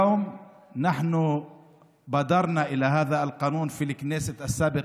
אנחנו יזמנו את החוק הזה בכנסת הקודמת,